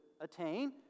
attain